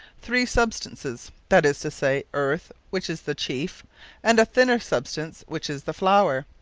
three substances, that is to say, earth, which is the chiefe and a thinner substance, which is the flower,